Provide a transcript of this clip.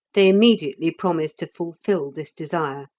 they immediately promised to fulfil this desire,